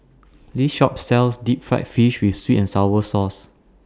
This Shop sells Deep Fried Fish with Sweet and Sour Sauce